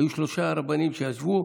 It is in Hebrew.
היו שלושה רבנים שישבו,